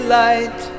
light